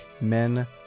men